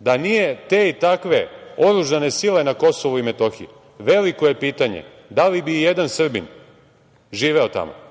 da nije te i takve oružane sile na Kosovu i Metohiji, veliko je pitanje da li bi jedan Srbin živeo tamo,